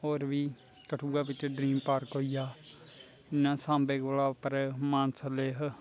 और बी कठुआ बिच्च ड्रीमपार्क होइया ना सांबे कोला उप्पर मानसर लेक